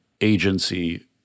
agency